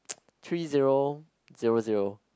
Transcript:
three zero zero zero